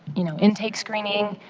you know, intake screening,